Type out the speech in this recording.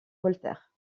voltaire